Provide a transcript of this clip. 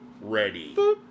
Ready